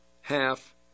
half